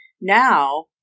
Now